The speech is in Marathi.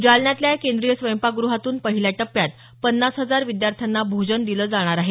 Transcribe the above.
जालन्यातल्या या केंद्रीय स्वयंपाकग्रहातून पहिल्या टप्य्यात पन्नास हजार विद्यार्थ्यांना भोजन दिलं जाणार आहे